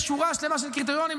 יש שורה שלמה של קריטריונים,